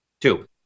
Two